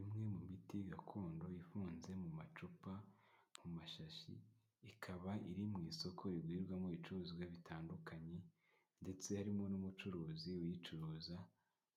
Imwe mu miti gakondo ifunze mu macupa, mu mashashi ikaba iri mu isoko rigurirwamo ibicuruzwa bitandukanye ndetse harimo n'umucuruzi uyicuruza,